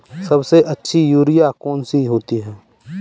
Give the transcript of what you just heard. सबसे अच्छी यूरिया कौन सी होती है?